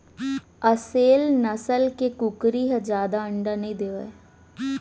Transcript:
असेल नसल के कुकरी ह जादा अंडा नइ देवय